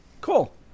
Cool